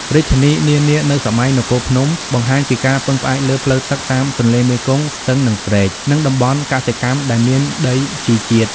រាជធានីនានានៅសម័យនគរភ្នំ បង្ហាញពីការពឹងផ្អែកលើ ផ្លូវទឹក តាមទន្លេមេគង្គ ស្ទឹង និងព្រែក និង តំបន់កសិកម្ម ដែលមានដីជីជាតិ។